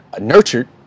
nurtured